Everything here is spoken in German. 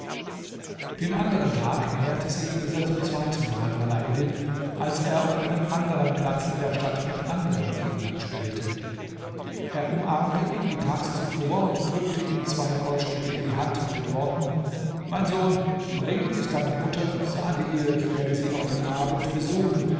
den anderen tag näherte sich dieser zum zweiten mal alaeddin als er auf einem anderen platz in der stadt mit anderen kindern spielte er umarmte ihn wie tags zuvor und drückte ihm zwei goldstücke in die hand mit den worten mein sohn bring dies deiner mutter sage ihr ich werde sie auf den abend besuchen